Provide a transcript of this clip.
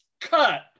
cut